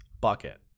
bucket